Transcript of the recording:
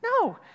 No